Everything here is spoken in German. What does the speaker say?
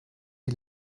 die